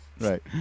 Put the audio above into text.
right